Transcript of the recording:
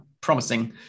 promising